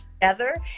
together